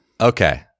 Okay